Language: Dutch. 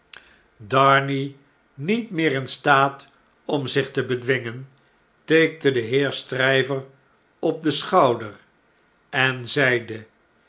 darnay niet meer in staat om zich te bedwingen tikte den heer stryver op den schouder en zeide